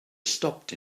stopped